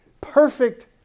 Perfect